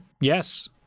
yes